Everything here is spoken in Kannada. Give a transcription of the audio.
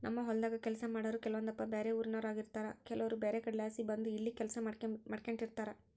ನಮ್ಮ ಹೊಲದಾಗ ಕೆಲಸ ಮಾಡಾರು ಕೆಲವೊಂದಪ್ಪ ಬ್ಯಾರೆ ಊರಿನೋರಾಗಿರುತಾರ ಕೆಲವರು ಬ್ಯಾರೆ ಕಡೆಲಾಸಿ ಬಂದು ಇಲ್ಲಿ ಕೆಲಸ ಮಾಡಿಕೆಂಡಿರ್ತಾರ